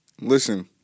listen